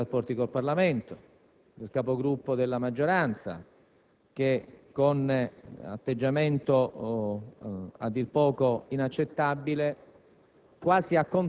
del Ministro per i rapporti con il Parlamento e del Capogruppo della maggioranza che, con atteggiamento a dir poco inaccettabile,